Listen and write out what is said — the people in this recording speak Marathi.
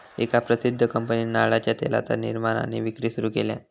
एका प्रसिध्द कंपनीन नारळाच्या तेलाचा निर्माण आणि विक्री सुरू केल्यान